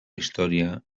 història